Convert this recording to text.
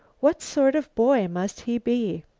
what sort of boy must he be?